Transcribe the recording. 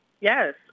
Yes